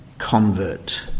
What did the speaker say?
Convert